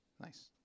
Nice